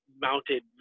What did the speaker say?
mounted